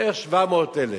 בערך 700,000,